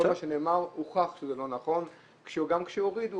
כל מה שנאמר הוכח שזה לא נכון כי גם כשהורידו